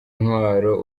intwaro